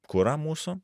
kurą mūsų